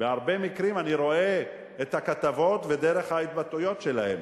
בהרבה מקרים אני רואה את הכתבות ואת דרך ההתבטאויות שלהם.